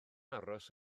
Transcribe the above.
aros